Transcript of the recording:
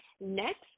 next